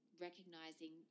recognizing